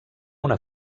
una